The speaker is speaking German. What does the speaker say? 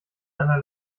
einer